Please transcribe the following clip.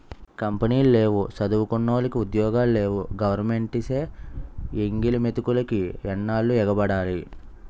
కంపినీలు లేవు సదువుకున్నోలికి ఉద్యోగాలు లేవు గవరమెంటేసే ఎంగిలి మెతుకులికి ఎన్నాల్లు ఎగబడాల